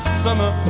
summer